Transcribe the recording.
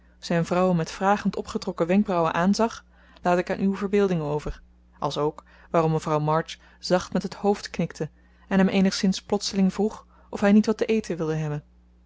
zijn vrouw met vragend opgetrokken wenkbrauwen aanzag laat ik aan uw verbeelding over als ook waarom mevrouw march zacht met het hoofd knikte en hem eenigszins plotseling vroeg of hij niet wat te eten wilde hebben